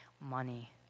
money